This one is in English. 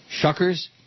Shuckers